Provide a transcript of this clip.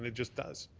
ah just does.